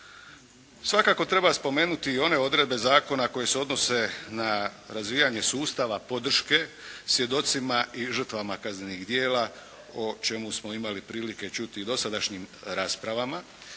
Svakako treba spomenuti i one odredbe zakona koje se odnose na razvijanje sustava podrške svjedocima i žrtvama kaznenih djela, o čemu smo imali prilike čuti u dosadašnjim raspravama